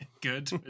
good